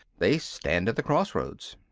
they stand at the cross-roads.